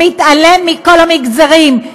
מתעלם מכל המגזרים,